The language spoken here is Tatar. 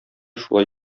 шулай